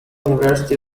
university